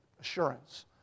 assurance